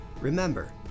Remember